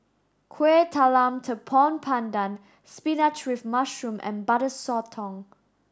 Kueh Talam Tepong Pandan spinach with mushroom and Butter Sotong